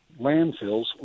landfills